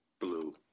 blue